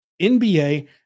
NBA